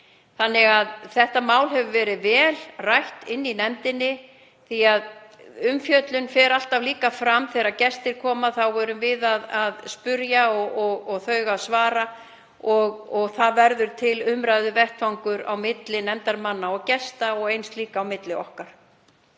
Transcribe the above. Þannig að þetta mál hefur verið vel rætt í nefndinni. Umfjöllun fer alltaf líka fram þegar gestir koma, þá erum við að spyrja og þau að svara og það verður til umræðuvettvangur á milli nefndarmanna og gesta og einnig milli okkar.